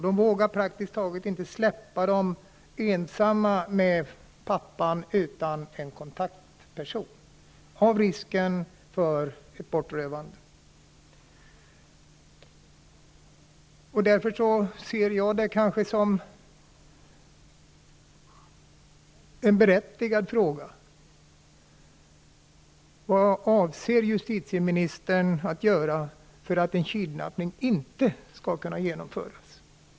De vågar praktiskt taget inte släppa dem ensamma med pappan utan att en kontaktperson är närvarande på grund av risken för ett bortrövande. Därför ser jag detta som en berättigad fråga: Vad avser justitieministern att göra för att en kidnappning inte skall kunna genomföras?